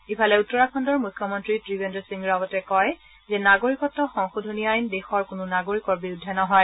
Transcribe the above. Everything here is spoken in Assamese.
ইফালে উত্তৰাখণ্ডৰ মুখ্য মন্ত্ৰী ত্ৰিৱেন্দ্ৰ সিং ৰাৱটে কয় যে নাগৰিকত্ব সংশোধনী আইন দেশৰ কোনো নাগৰিকৰ বিৰুদ্ধে নহয়